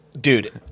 Dude